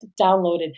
downloaded